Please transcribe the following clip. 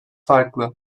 farklı